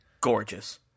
Gorgeous